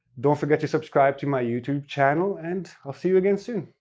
don't forget to subscribe to my youtube channel, and i'll see you again soon.